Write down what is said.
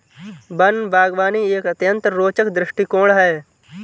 one बागवानी एक अत्यंत रोचक दृष्टिकोण है